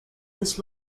this